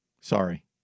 sorry